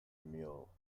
meal